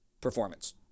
performance